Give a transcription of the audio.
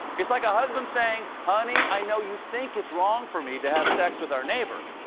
it's like a husband saying, honey, i know you think it's wrong for me to have sex with our neighbor,